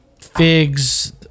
figs